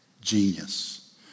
genius